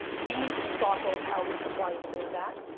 we need to be thoughtful of how we supply and demand that.